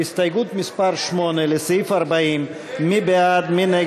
הסתייגות מס' 8 לסעיף 40. מי בעד?